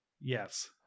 yes